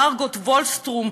מרגוט ולסטרם,